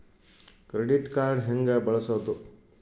Credit card ಹೆಂಗ ಬಳಸೋದು?